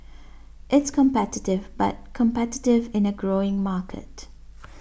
it's competitive but competitive in a growing market